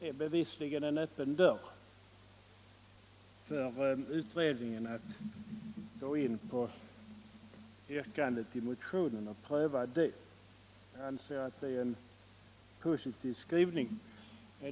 Det är således en öppen dörr för utredningen att gå in på motionens yrkande och pröva det. Jag anser att det är en positiv skrivning.